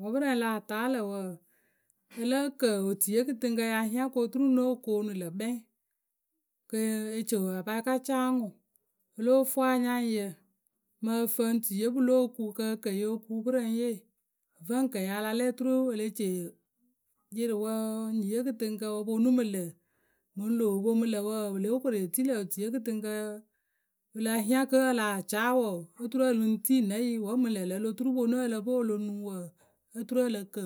Wǝ́ pɨrǝŋ lah taa lǝ̂ wǝǝ, ǝ lǝ́ǝ kǝ otuiye kɨtɨŋkǝ ya hiaŋ ko turu ŋ nóo koonu lǝ̂ kpɛŋ kɨ e ci a pa ka caa ŋwǝ. Olóo fuu anyaŋyǝ mǝ ǝfǝŋtuiye pǝ lóo kuŋ kɨ bǝ kǝ yǝ o kuŋ pɨrǝŋye ǝ vǝ ŋ kǝ yǝ a la lɛ oturu e le ci a yɩrɩ wǝǝ, nyiye kɨtɨŋkǝ ponu mǝ lǝ̈. Mǝŋ loo poŋ mǝ lǝ̈ wǝǝ pǝ lóo koru e tii lǝ̈ otuiye kɨtɨŋkǝ wǝ la hiaŋ kǝ́ a lah caa wǝǝ, oturu ǝ lǝŋ tii nǝ yǝ wǝ́ mǝŋ lǝ+ ŋlǝ̈ o lo turu ponu ǝ lǝ pɨ o lo nuŋ wǝǝ, oturu ǝ lǝ kǝ